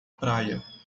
praia